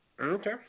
Okay